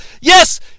yes